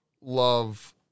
love